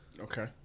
Okay